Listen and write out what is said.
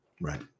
Right